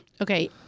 Okay